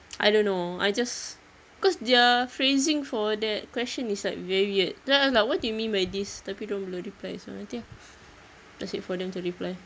I don't know I just cause their phrasing for that question is like very weird so I was like what do you mean by this tapi dorang belum reply so nanti ah just wait for them to reply